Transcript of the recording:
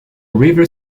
river